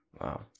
Wow